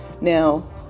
now